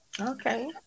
okay